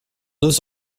deux